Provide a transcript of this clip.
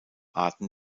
arten